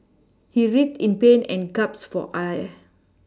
he writhed in pain and gasped for air